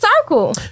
circle